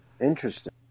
Interesting